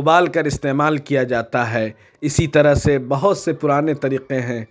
ابال کر استعمال کیا جاتا ہے اسی طرح سے بہت سے پرانے طریقے ہیں